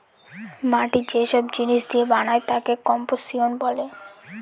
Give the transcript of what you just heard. মাটি যে সব জিনিস দিয়ে বানায় তাকে কম্পোসিশন বলে